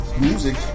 Music